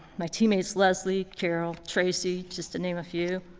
my teammates leslie, carol, tracy, just to name a few.